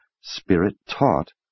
spirit-taught